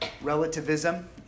relativism